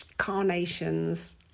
carnations